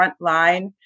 frontline